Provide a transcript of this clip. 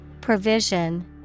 Provision